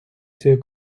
цією